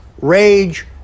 rage